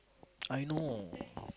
I know